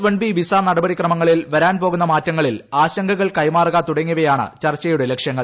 one B visa നടപടി ക്രമങ്ങളിൽ വരാൻ പോകുന്ന മാറ്റങ്ങളിൽ ആശങ്കകൾ കൈമാറുക തുടങ്ങിയവയാണ് ചർച്ചയുടെ ലക്ഷ്യങ്ങൾ